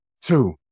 two